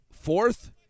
fourth